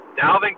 Dalvin